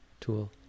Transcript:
Tool